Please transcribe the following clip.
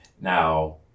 now